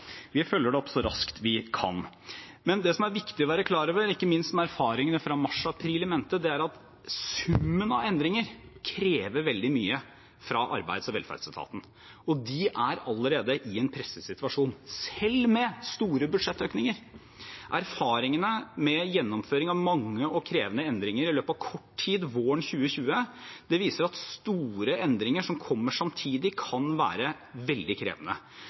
Vi følger det opp så raskt vi kan. Det som er viktig å være klar over, ikke minst med erfaringene fra mars og april i mente, er at summen av endringer krever veldig mye fra arbeids- og velferdsetaten. Og de er allerede i en presset situasjon, selv med store budsjettøkninger. Erfaringene med gjennomføringen av mange og krevende endringer i løpet av kort tid våren 2020 viser at store endringer som kommer samtidig, kan være veldig krevende.